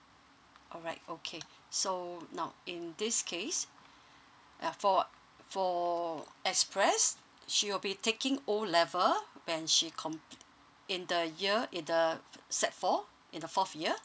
alright okay so now in this case uh for for express she will be taking O level when she com~ in the year in the set four in the fourth year